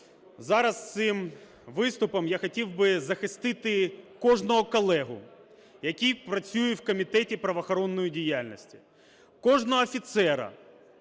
зараз цим виступом я хотів би захистити кожного колегу, який працює в Комітеті правоохоронної діяльності, кожного офіцера.